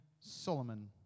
Solomon